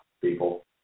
people